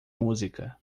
música